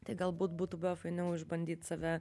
tai galbūt būtų buvę fainiau išbandyt save